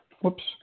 Whoops